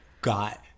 got